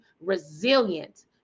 resilient